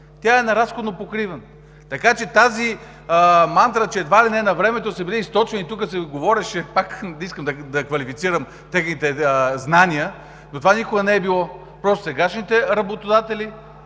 тя е на разходно покриване. Така че тази мантра, че едва ли не навремето са били източвани – тук се говореше, не искам пак да квалифицирам техните знания, но това никога не е било. Просто сегашните работодатели,